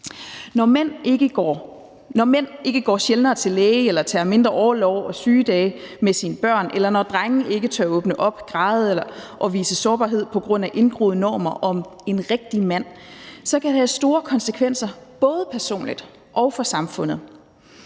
Når mænd går sjældnere til læge eller de tager mindre orlov og sygedage med deres børn, eller når drenge ikke tør åbne op, græde og vise sårbarhed på grund af indgroede normer om en rigtig mand, kan det have store konsekvenser både personligt og for samfundet.